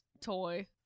toy